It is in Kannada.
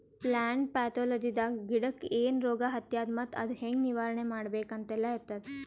ಪ್ಲಾಂಟ್ ಪ್ಯಾಥೊಲಜಿದಾಗ ಗಿಡಕ್ಕ್ ಏನ್ ರೋಗ್ ಹತ್ಯಾದ ಮತ್ತ್ ಅದು ಹೆಂಗ್ ನಿವಾರಣೆ ಮಾಡ್ಬೇಕ್ ಅಂತೆಲ್ಲಾ ಇರ್ತದ್